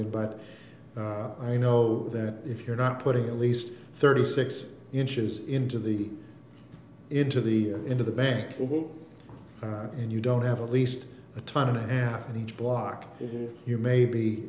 in but i know that if you're not putting at least thirty six inches into the into the into the bank and you don't have a least a ton of a half an inch block in you may be